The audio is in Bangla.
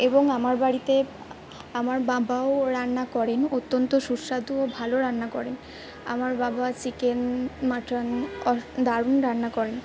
এবং আমার বাড়িতে আমার বাবাও রান্না করেন অত্যন্ত সুস্বাদু ও ভালো রান্না করেন আমার বাবা চিকেন মাটন দারুণ রান্না করেন